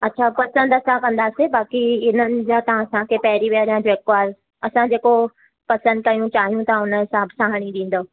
अच्छा पंसदि असां कंदासीं बाक़ी हिननि जा तव्हां असांखे पैरीवेर जैगवार असां जेको पसंदि कयूं चाहियूं था हुन हिसाब सां हणी ॾींदुव